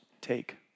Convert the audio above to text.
take